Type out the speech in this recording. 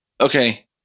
Okay